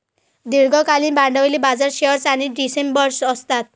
दीर्घकालीन भांडवली बाजारात शेअर्स आणि डिबेंचर्स असतात